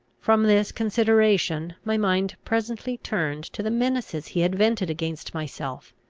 from this consideration, my mind presently turned to the menaces he had vented against myself.